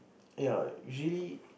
ya usually